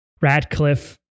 Radcliffe